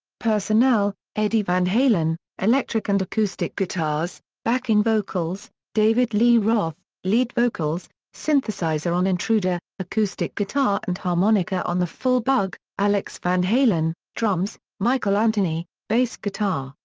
personnel eddie van halen electric and acoustic guitars, backing vocals david lee roth lead vocals, synthesizer on intruder, acoustic guitar and harmonica on the full bug alex van halen drums michael anthony bass guitar,